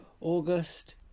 August